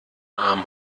arm